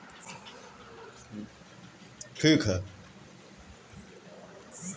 समय बचावे खातिर घास झुरवावे वाला मशीन लगावल जाला